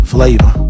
Flavor